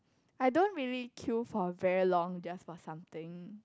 I don't really queue for very long just for something